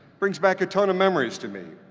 brings back a ton of memories to me.